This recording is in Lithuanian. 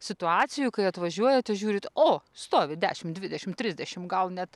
situacijų kai atvažiuojate žiūrit o stovi dešim dvidešim trisdešim gal net